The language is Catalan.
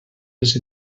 les